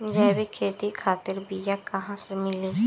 जैविक खेती खातिर बीया कहाँसे मिली?